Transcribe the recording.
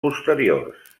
posteriors